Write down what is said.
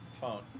Phone